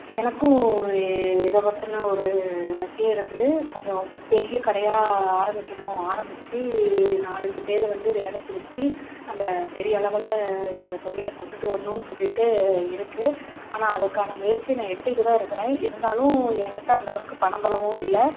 எனக்கும் இதை பற்றின ஒரு லட்சியம் இருக்குது கொஞ்சம் பெரிய கடையாக ஆரம்பிக்கணும் ஆரம்பிச்சு நாலஞ்சு பேரை வந்து வேலைக்கு வச்சு நம்ப பெரிய அளவில் இந்த தொழில கொண்டுட்டு வரணுன்னு சொல்லிவிட்டு இருக்குது ஆனால் அதுக்கான முயற்சியை நான் எடுத்துக்கிட்டுதான் இருக்கிறேன் இருந்தாலும் எங்கிட்ட அந்த அளவுக்கு பணபலமும் இல்லை